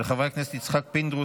של חברי הכנסת יוסף טייב,